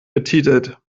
betitelt